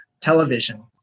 television